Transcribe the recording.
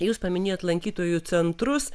jūs paminėjot lankytojų centrus